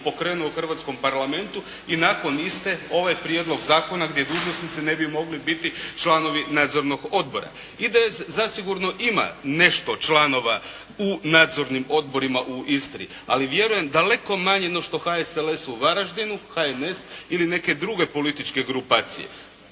pokrenuo u hrvatskom Parlamentu i nakon iste ovaj Prijedlog zakona gdje dužnosnici ne bi mogli biti članovi nadzornog odbora. IDS zasigurno ima nešto članova u nadzornim odborima u Istri, ali vjerujem daleko manje no što HSLS u Varaždinu, HNS ili neke druge političke grupacije.